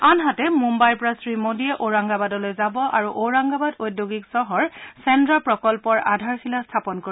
আনহাতে মুমাইৰ পৰা শ্ৰী মোদীয়ে ঔৰংগাবাদলৈ যাব আৰু ঔৰাংগাবাদ ঔদ্যোগিক চহৰ ছেদ্ৰা প্ৰকল্পৰ আধাৰশিলা স্থাপন কৰিব